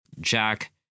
Jack